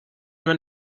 man